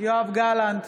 יואב גלנט,